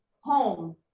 home